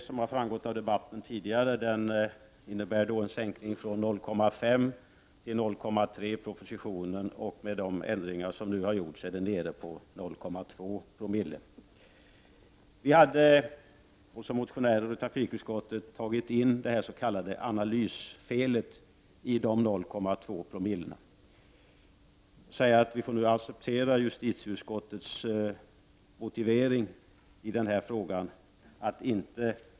Som framgått av debatten innebär regeringens förslag en sänkning av promillegränsen från 0,5 till 0,3, och med de ändringar som gjorts under utskottsbehandlingen är gränsen nere vid 0,2 Zoo. Både motionärerna och trafikutskottet har tagit in det s.k. analysfelet i de 0,2 Zo. Jag vill säga att vi nu får acceptera justitieutskottets motivering.